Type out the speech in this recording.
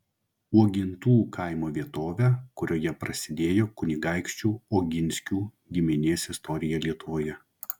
uogintų kaimo vietovę kurioje prasidėjo kunigaikščių oginskių giminės istorija lietuvoje